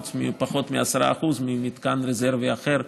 חוץ מפחות מ-10% ממתקן רזרבי אחר,